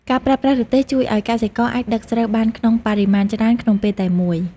ការប្រើប្រាស់រទេះជួយឱ្យកសិករអាចដឹកស្រូវបានក្នុងបរិមាណច្រើនក្នុងពេលតែមួយ។